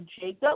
Jacob